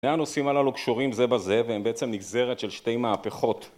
שני הנושאים הללו קשורים זה בזה והם בעצם נגזרת של שתי מהפכות